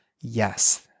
Yes